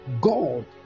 God